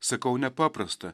sakau nepaprasta